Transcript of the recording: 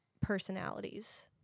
personalities